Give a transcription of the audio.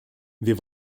wir